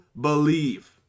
believe